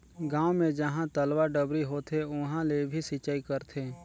गांव मे जहां तलवा, डबरी होथे उहां ले भी सिचई करथे